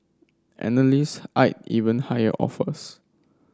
analyst eyed even higher offers